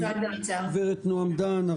גברת נעם דן,